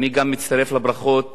אני גם מצטרף לברכות